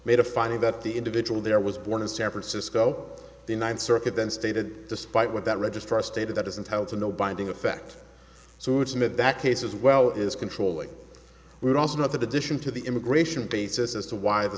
made a finding that the individual there was born in san francisco the ninth circuit then stated despite what that registrar stated that doesn't tell to no binding effect so it's made that case as well is controlling we also know that addition to the immigration basis as to why the